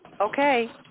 Okay